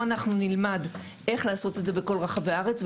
אנחנו נלמד איך לעשות את זה בכל רחבי הארץ,